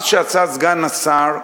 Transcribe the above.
מה שעשה סגן השר,